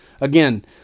again